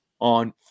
on